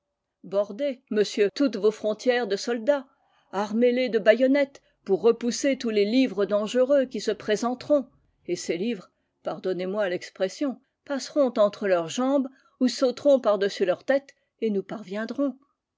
bordez monsieur toutes vos frontières de soldats armez les de baïonnettes pour repousser tous les livres dangereux qui se présenteront et ces livres pardonnez-moi l'expression passeront entre leurs jambes ou sauteront par-dessus leurs têtes et nous parviendront